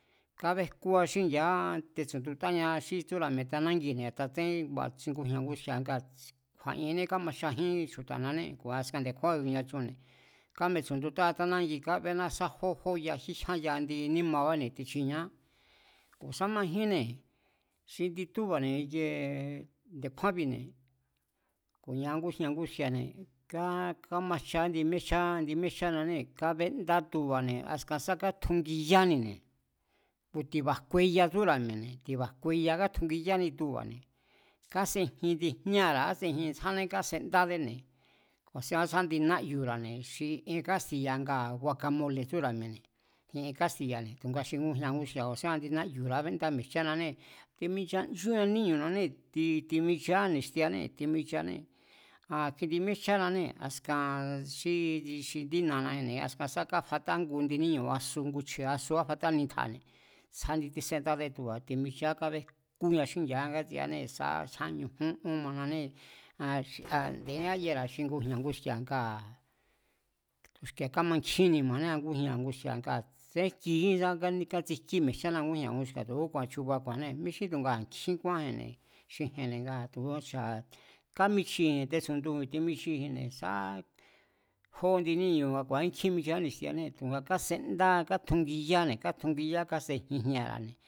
Kábéjkúa xíngi̱a̱á tetsu̱ndutáña xí tsúra̱ mi̱e̱ ta nangine̱ a̱nda tsénjín xi ngujña̱ nguski̱a̱ nga kju̱a̱'ienní kámajchajín chju̱ta̱nanée̱ ku̱ askan nde̱kjúánbi̱ ku̱nia chunne̱, kámetsundutáa tánángi kábéná sá jí jó ya, jí jyán yá ndi nímabáne̱ tichinieá, ku̱ sá majínne̱ xi indi túba̱ne̱ ikiee nde̱kjúánbi̱ne̱ ku̱nia ngujña̱ nguski̱a̱ne̱ kámajcha índi míéjchánanée̱ kábéndá tuba̱ne̱ askan sá kátjungiyánine̱ ku̱ ti̱ba̱ jkueya tsúra̱ mi̱e̱ne̱, ti̱ba̱ jkueya katjungiyáni tuba̱ne̱, kasejin indi jñáa̱ra̱ kásejin tsjání kásendádéne̱, ku̱a̱sín ku̱nisa indi yánu̱ra̱ne̱. Xi ien kástiya̱ ngua̱ guakamole̱ tsúra̱ mi̱e̱ne̱ xi ien kástiya̱ne̱, tu̱a xi ngujña- nguski̱a̱ ku̱a̱sín ku̱nisá indi náyu̱ra̱ kabéndá mi̱e̱jchánanée̱ timinchanchúña índi níñu̱nanée̱, timichiá ni̱xtianée̱, timichianée̱, a kjindi míéjchánanée̱ askan xi indí na̱ana̱ji̱nne̱ sá káfatá ngu indi ní'ñu̱ a'su ngu chje̱'asu káfatá nitjane̱ tsjáni tísendáde tuba̱ timichia kabéjkua xíngi̱a̱á ngátsiaa sá jyán, ñujún, on maanée̱. Aa̱n nde̱ní ayara̱ xi ngujña̱ nguski̱a̱ ngaa̱ tu̱xki̱a̱ kamankjín ni̱ma̱nía ngújña̱ nguski̱a̱ tsén jkijín sá kátsijkí mi̱e̱jchána ngújña̱ nguski̱a̱ tu̱úku̱a̱n chuba̱ ku̱a̱nnée̱. Mi chjí tu̱ngaa̱ nkjín kúánji̱nne̱ xi je̱nne̱ ngaa̱ tu̱ ocha̱ kámichiji̱nne̱ sá jó indi níñu̱ nga ku̱a̱jín kjín michia ngá ni̱xtianée̱, tu̱a kásenda, kátjungiyáne̱, kátjungiyá, kásejin jña̱ra̱ne̱